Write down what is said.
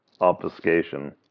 obfuscation